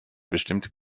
bestimmte